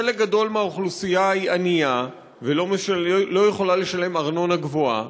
חלק גדול מהאוכלוסייה היא ענייה ולא יכולה לשלם ארנונה גבוהה,